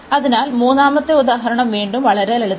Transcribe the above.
അതിനാൽ മൂന്നാമത്തെ ഉദാഹരണം വീണ്ടും വളരെ ലളിതമാണ്